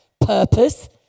purpose